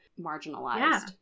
marginalized